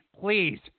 please